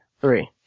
Three